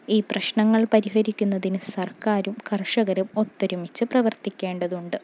ഈ പ്രശ്നങ്ങൾ പരിഹരിക്കുന്നതിന് സർക്കാരും കർഷകരും ഒത്തൊരുമിച്ച് പ്രവർത്തിക്കേണ്ടതുണ്ട്